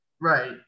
right